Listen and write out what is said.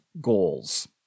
goals